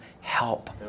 help